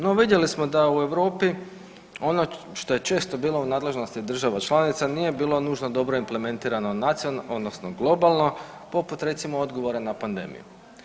No vidjeli smo da u Europi ono što je često bilo u nadležnosti država članica nije bilo nužno dobro implementirano nacionalno, odnosno globalno poput recimo odgovora na pandemiju.